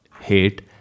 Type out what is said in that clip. hate